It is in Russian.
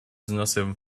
взносы